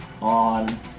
on